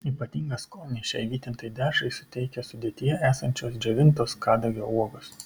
ypatingą skonį šiai vytintai dešrai suteikia sudėtyje esančios džiovintos kadagio uogos